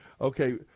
Okay